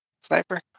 Sniper